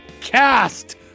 cast